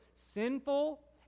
sinful